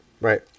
Right